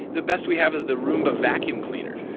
the best we have is the roomba vacuum cleaner,